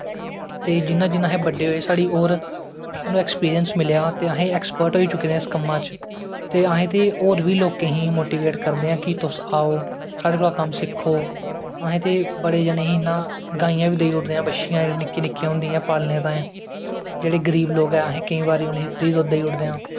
ते जियां जियां अस बड्डे होऐ साढ़ी होर साह्नू ऐक्सपिरिंस मिले ते अस ऐक्सपर्ट होई चुके दे आं इस कम्मैं च ते अस ते होर बी लोकें गी मोटिवेट करदे आं कि तुस आओ साढञे कोला दा कम्म सिक्खी अ सें ते बड़ें जनें गी इयां गाइयां बी देई ओड़दे आं बच्छियां निक्कियां निक्कियां पालनें तांईं जेह्ड़े गरीब लोग ऐं केंई बारी अस उनेंगी फ्री दुध्द देई ओड़दे आं